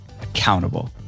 accountable